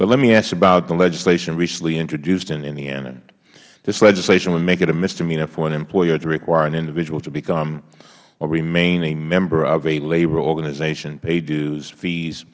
but let me ask about the legislation recently introduced in indiana this legislation would make it a misdemeanor for an employer to require an individual to become or remain a member of a labor organization pay dues fees